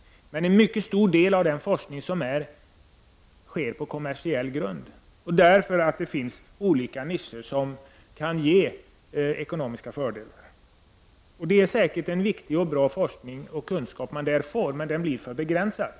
Men en mycket stor del av den forskningen sker på kommersiell grund, och det finns olika nischer som kan ge kommersiella fördelar. Det är säkert en viktig forskning som bedrivs, men den kunskap man där får blir begränsad.